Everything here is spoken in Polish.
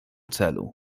celu